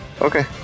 Okay